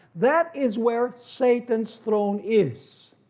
that is where satan's throne is.